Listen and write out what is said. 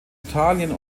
italien